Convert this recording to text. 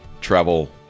travel